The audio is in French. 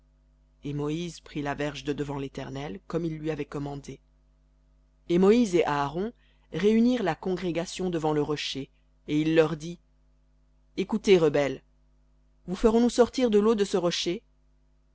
et moïse prit la verge de devant l'éternel comme il lui avait commandé et moïse et aaron réunirent la congrégation devant le rocher et il leur dit écoutez rebelles vous ferons-nous sortir de l'eau de ce rocher